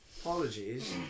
Apologies